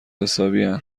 حسابین